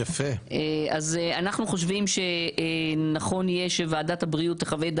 אנחנו חושבים שנכון יהיה שוועדת הבריאות תחווה את